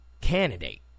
candidate